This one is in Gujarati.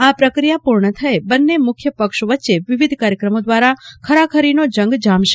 આ પ્રક્રિયા પૂર્ણ થયે બન્ને મુખ્યપક્ષ વચ્ચે વિવિધ કાર્યક્રમો દ્વારા ખરાખરીનો જંગ જામશે